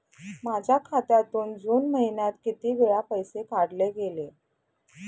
माझ्या खात्यातून जून महिन्यात किती वेळा पैसे काढले गेले?